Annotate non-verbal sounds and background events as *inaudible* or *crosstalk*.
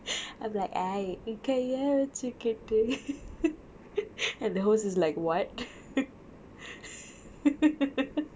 I was like ஏய் கையை வெச்சிகிட்டு:aei kaiyai vechikittu *laughs* and the host is like what *laughs*